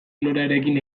lorearekin